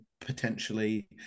potentially